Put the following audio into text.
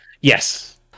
Yes